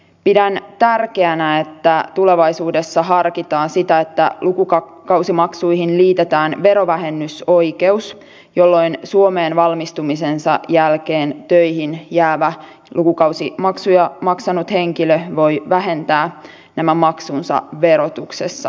pidän tärkeänä että tulevaisuudessa harkitaan sitä että lukukausimaksuihin liitetään verovähennysoikeus jolloin suomeen valmistumisensa jälkeen töihin jäävä lukukausimaksuja maksanut henkilö voi vähentää nämä maksunsa verotuksessa myöhemmin